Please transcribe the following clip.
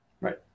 Right